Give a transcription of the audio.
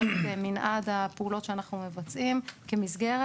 את מנעד הפעולות שאנחנו מבצעים כמסגרת.